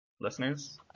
listeners